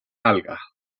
algas